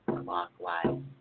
clockwise